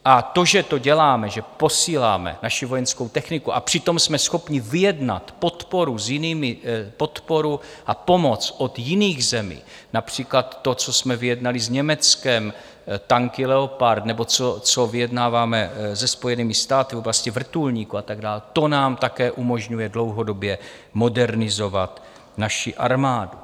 A to, že to děláme, že posíláme naši vojenskou techniku, a přitom jsme schopni vyjednat podporu a pomoc od jiných zemí, například to, co jsme vyjednali s Německem, tanky Leopard, nebo co vyjednáváme se Spojenými státy v oblasti vrtulníků a tak dále, to nám také umožňuje dlouhodobě modernizovat naši armádu.